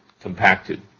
compacted